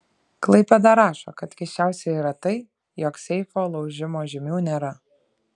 klaipėda rašo kad keisčiausia yra tai jog seifo laužimo žymių nėra